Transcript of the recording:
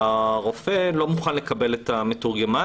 והרופא לא מוכן לקבל את המתורגמן